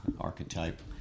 archetype